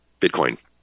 Bitcoin